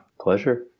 Pleasure